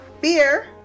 beer